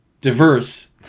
Diverse